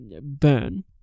burn